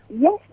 Yes